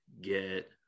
get